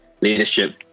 leadership